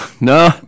no